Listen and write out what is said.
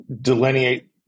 delineate